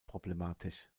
problematisch